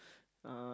uh